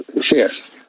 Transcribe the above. shares